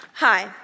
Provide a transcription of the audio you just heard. Hi